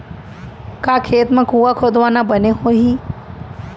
का खेत मा कुंआ खोदवाना बने होही?